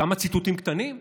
כמה ציטוטים קטנים,